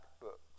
books